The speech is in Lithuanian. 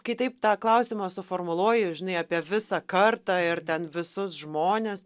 kai taip tą klausimą suformuluoji žinai apie visą kartą ir ten visus žmones